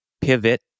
pivot